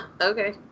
Okay